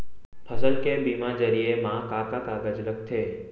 फसल के बीमा जरिए मा का का कागज लगथे?